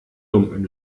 lumpen